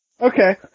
Okay